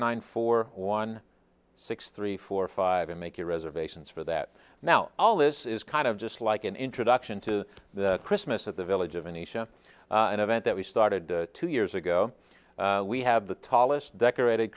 nine four one six three four five and make your reservations for that now all this is kind of just like an introduction to the christmas at the village of a nation an event that we started two years ago we have the tallest decorated